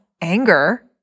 anger